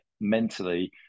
mentally